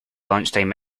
lunchtime